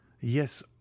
Yes